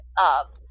up